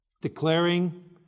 Declaring